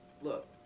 look